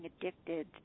addicted